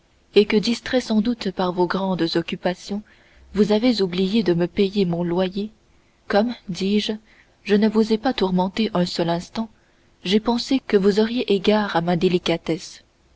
et que distrait sans doute par vos grandes occupations vous avez oublié de me payer mon loyer comme dis-je je ne vous ai pas tourmenté un seul instant j'ai pensé que vous auriez égard à ma délicatesse